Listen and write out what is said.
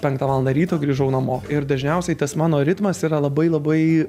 penktą valandą ryto grįžau namo ir dažniausiai tas mano ritmas yra labai labai